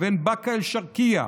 ובין באקה א-שרקייה,